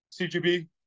CGB